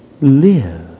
live